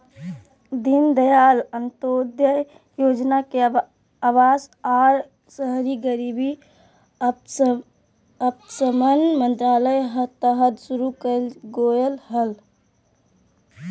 दीनदयाल अंत्योदय योजना के अवास आर शहरी गरीबी उपशमन मंत्रालय तहत शुरू कइल गेलय हल